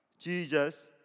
Jesus